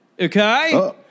okay